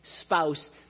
spouse